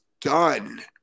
done